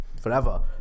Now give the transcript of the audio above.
forever